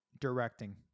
Directing